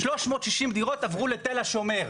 360 דירות עברו לתל השומר,